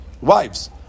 wives